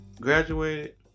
graduated